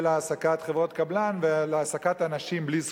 של העסקת חברות קבלן והעסקת אנשים בלי זכויות.